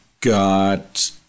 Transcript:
got